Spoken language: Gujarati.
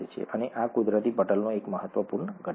અને આ કુદરતી પટલનો એક મહત્વપૂર્ણ ઘટક છે